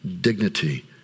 dignity